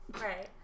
Right